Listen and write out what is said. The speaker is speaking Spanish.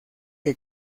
que